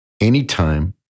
anytime